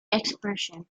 expression